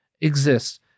exists